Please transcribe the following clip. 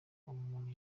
umuntu